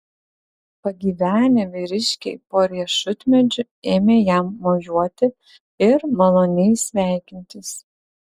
pagyvenę vyriškiai po riešutmedžiu ėmė jam mojuoti ir maloniai sveikintis